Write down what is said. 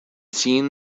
seen